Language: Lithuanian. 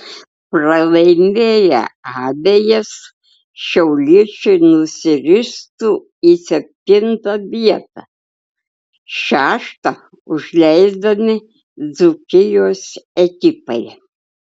pralaimėję abejas šiauliečiai nusiristų į septintą vietą šeštą užleisdami dzūkijos ekipai